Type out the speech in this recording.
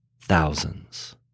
thousands